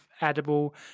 edible